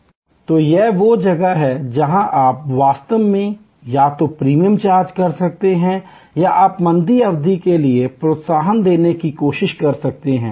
तो ये वो जगह हैं जहाँ आप वास्तव में या तो प्रीमियम चार्ज कर सकते हैं या आप मंदी अवधि के लिए प्रोत्साहन देने की कोशिश कर सकते हैं